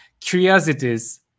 curiosities